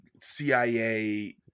cia